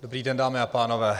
Dobrý den, dámy a pánové.